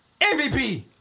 MVP